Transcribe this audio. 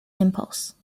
impulse